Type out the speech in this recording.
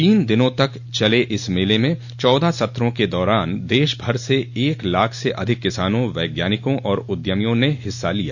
तीन दिनों तक चले मेले म चौदह सत्रों के दौरान देश भर से एक लाख से अधिक किसानों वैज्ञानिकों और उद्यमियों ने हिस्सा लिया